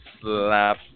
slap